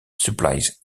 supplies